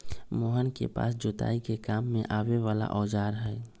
मोहन के पास जोताई के काम में आवे वाला औजार हई